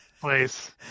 place